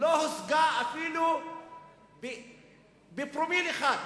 לא הושגה אפילו בפרומיל אחד.